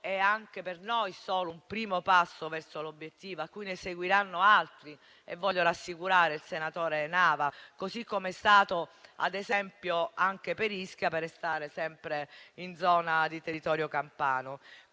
è anche per noi solo un primo passo verso l'obiettivo, a cui ne seguiranno altri (voglio rassicurare il senatore Nava), così come è stato ad esempio anche per Ischia, per restare sempre in zona di territorio campano.